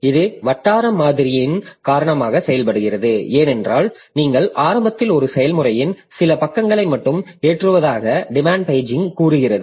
இது வட்டார மாதிரியின் காரணமாக செயல்படுகிறது ஏனென்றால் நீங்கள் ஆரம்பத்தில் ஒரு செயல்முறையின் சில பக்கங்களை மட்டுமே ஏற்றுவதாக டிமாண்ட் பேஜிங் கூறுகிறது